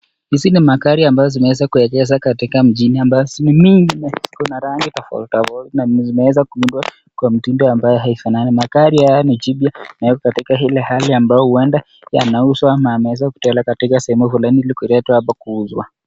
Hizi ni magari ambazo zimeweza kuegeshwa katika mjini ambazo mingi ina rangi tofauti tofauti na imeweza kuundwa kwa mtindo ambao haufanani. Magari haya ni jipya na yako katika ile hali ambao huenda yanauzwa ama yameweza kupelekwa katika sehemu fulani ili kuletwa hapa kuuzwa.